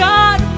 God